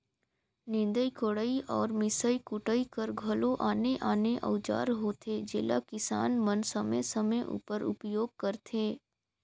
निदई कोड़ई अउ मिसई कुटई कर घलो आने आने अउजार होथे जेला किसान मन समे समे उपर उपियोग करथे